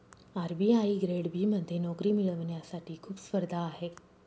RBI grade B मध्ये नोकरी मिळवण्यासाठी खूप स्पर्धा आहे